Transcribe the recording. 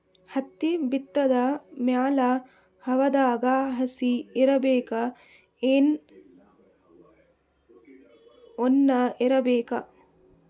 ಹತ್ತಿ ಬಿತ್ತದ ಮ್ಯಾಲ ಹವಾದಾಗ ಹಸಿ ಇರಬೇಕಾ, ಏನ್ ಒಣಇರಬೇಕ?